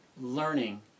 learning